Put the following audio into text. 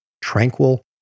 tranquil